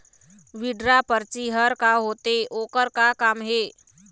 Withdraw परची हर का होते, ओकर का काम हे?